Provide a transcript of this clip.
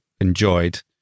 enjoyed